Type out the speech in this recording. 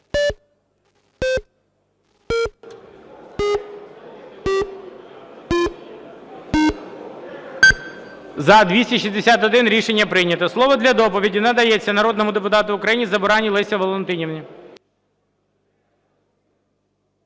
За-261 Рішення прийнято. Слово для доповіді надається народному депутату України Забуранній Лесі Валентинівні.